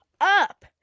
up